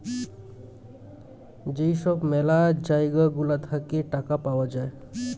যেই সব ম্যালা জায়গা গুলা থাকে টাকা পাওয়া যায়